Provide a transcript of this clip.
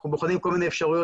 אנחנו בוחנים כל מיני אפשרויות,